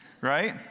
Right